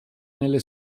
nelle